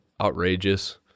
outrageous